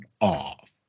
off